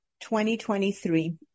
2023